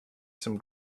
some